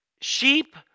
Sheep